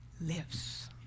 lives